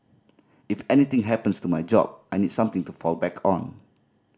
if anything happens to my job I need something to fall back on